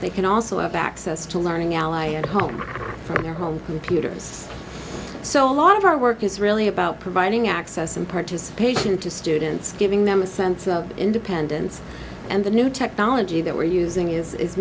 they can also have access to learning ally at home from their home computers so a lot of our work is really about providing access and participation to students giving them a sense of independence and the new technology that we're using is